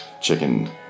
chicken